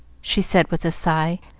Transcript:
she said with a sigh,